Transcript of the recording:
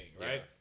right